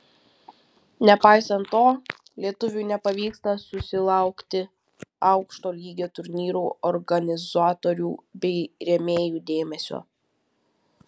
nepaisant to lietuviui nepavyksta susilaukti aukšto lygio turnyrų organizatorių bei rėmėjų dėmesio